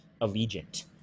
allegiant